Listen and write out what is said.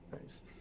Nice